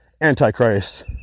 Antichrist